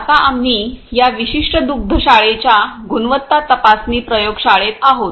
तर आत्ता आम्ही या विशिष्ट दुग्धशाळेच्या गुणवत्ता तपासणी प्रयोगशाळेत आहोत